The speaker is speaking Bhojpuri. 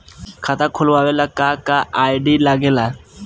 खाता खोलवावे ला का का आई.डी लागेला?